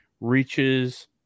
reaches